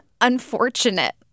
unfortunate